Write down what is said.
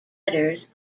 letters